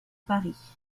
paris